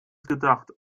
gedacht